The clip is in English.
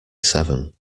seven